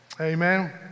Amen